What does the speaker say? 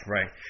Right